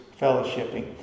fellowshipping